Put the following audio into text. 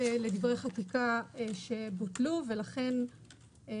לדחות תכנית שבסמכותה לפי חוק התכנון והבנייה."; (ד)בסעיף קטן (ג),